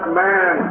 man